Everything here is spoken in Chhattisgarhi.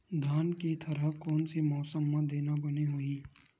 धान के थरहा कोन से मौसम म देना बने होही?